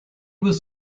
was